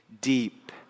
deep